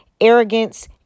arrogance